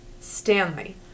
Stanley